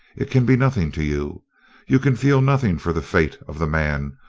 it can be nothing to you you can feel nothing for the fate of the man,